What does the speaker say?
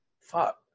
fuck